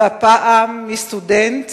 והפעם מסטודנט,